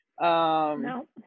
no